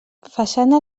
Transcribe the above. façana